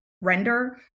render